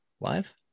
live